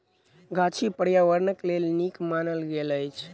गाछी पार्यावरणक लेल नीक मानल गेल अछि